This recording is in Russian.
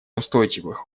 устойчивых